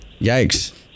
yikes